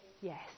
yes